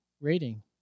rating